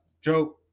Joe